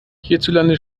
hierzulande